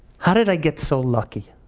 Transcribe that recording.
how did i get so lucky?